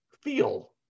feel